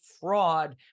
fraud